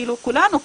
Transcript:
כולנו,